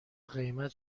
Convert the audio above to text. قیمت